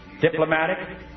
diplomatic